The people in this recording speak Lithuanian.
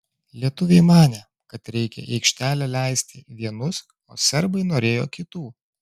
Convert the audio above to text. lietuviai manė kad reikia į aikštelę leisti vienus o serbai norėjo kitų